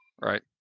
right